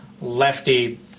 lefty